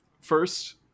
first